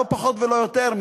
לא פחות ולא יותר,